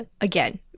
Again